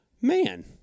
man